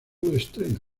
estreno